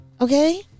Okay